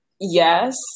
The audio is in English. yes